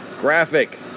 Graphic